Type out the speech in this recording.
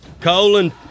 Colon